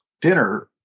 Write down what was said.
dinner